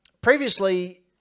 previously